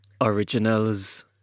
Originals